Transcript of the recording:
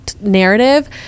Narrative